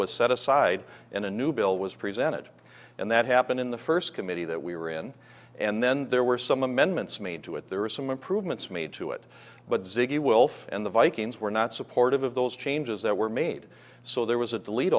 was set aside and a new bill was presented and that happened in the first committee that we were in and then there were some amendments made to it there were some improvements made to it but zygi wilf and the vikings were not supportive of those changes that were made so there was a delete